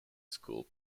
school